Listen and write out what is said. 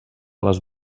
les